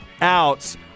outs